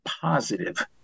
positive